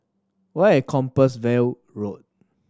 where is Compassvale Road